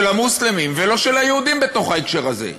המוסלמים ולא של היהודים בתוך ההקשר הזה,